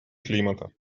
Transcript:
климата